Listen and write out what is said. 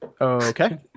Okay